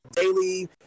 daily